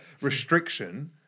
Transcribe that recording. restriction